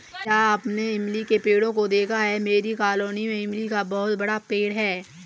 क्या आपने इमली के पेड़ों को देखा है मेरी कॉलोनी में इमली का बहुत बड़ा पेड़ है